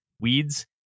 Weeds